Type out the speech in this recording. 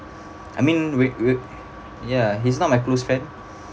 I mean we we ya he's not my close friend